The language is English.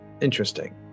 interesting